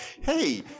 Hey